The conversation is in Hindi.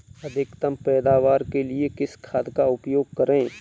अधिकतम पैदावार के लिए किस खाद का उपयोग करें?